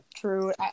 true